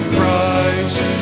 Christ